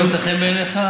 לא ימצא חן בעיניך,